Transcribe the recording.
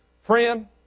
Friend